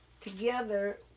together